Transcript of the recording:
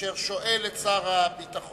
אשר שואל את השר לביטחון